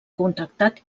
contractat